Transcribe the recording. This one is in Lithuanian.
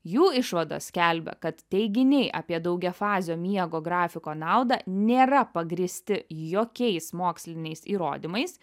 jų išvados skelbia kad teiginiai apie daugiafazio miego grafiko naudą nėra pagrįsti jokiais moksliniais įrodymais